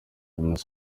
mugore